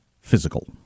physical